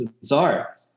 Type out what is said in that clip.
bizarre